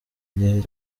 gihe